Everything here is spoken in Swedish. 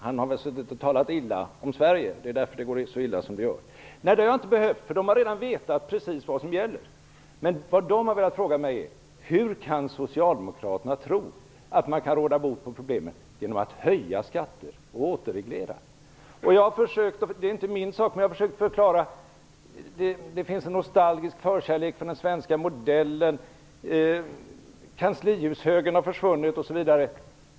Han har väl suttit och talat illa om Sverige, och det är därför som det går så illa som det gör! Nej, det har jag inte behövt göra, därför att man har redan vetat precis vad som gäller. Vad de har frågat mig är detta: Hur kan Socialdemokraterna tro att man kan råda bot på problemen genom att höja skatter och återreglera? Det är inte min sak, men jag har försökt förklara det med att det finns en nostalgisk förkärlek för den svenska modellen, att kanslihushögern har försvunnit osv.